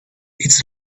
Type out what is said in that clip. its